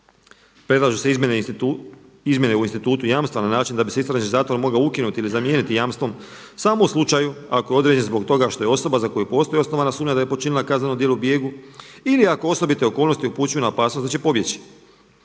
Predlažu se izmjene u institutu jamstva na način da bi se istražni zatvor mogao ukinuti ili zamijeniti jamstvom samo u slučaju ako određeni zbog toga što je osoba za koju postoji osnovana sumnja da je počinila kazneno djelo u bijegu ili ako osobite okolnosti upućuju na opasnost da će pobjeći.